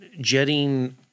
jetting